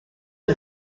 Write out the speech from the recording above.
are